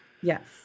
Yes